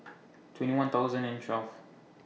twenty one thousand and twelve